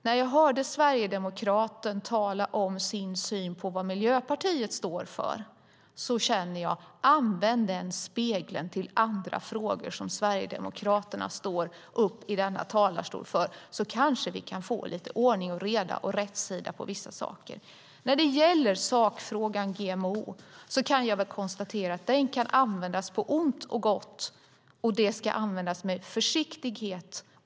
När jag hörde sverigedemokraten tala om sin syn på vad Miljöpartiet står för kände jag: Använd den spegeln till andra frågor som Sverigedemokraterna står upp för i denna talarstol! Då kanske vi kan få lite ordning och reda och rätsida på vissa saker. När det gäller sakfrågan om GMO kan jag konstatera att det kan användas på ont och gott. Det ska användas med försiktighet.